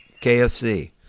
KFC